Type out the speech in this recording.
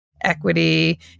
equity